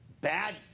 bad